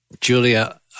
Julia